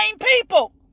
people